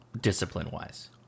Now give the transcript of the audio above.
Discipline-wise